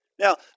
Now